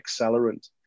accelerant